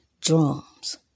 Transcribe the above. drums